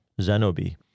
Zenobi